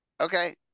okay